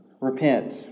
repent